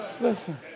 Listen